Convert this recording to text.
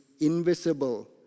invisible